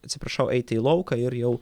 atsiprašau eiti į lauką ir jau